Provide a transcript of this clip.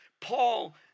Paul